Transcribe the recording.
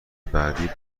بعدی